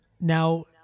Now